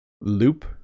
Loop